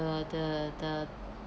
the the the